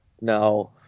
Now